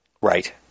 Right